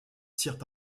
tirent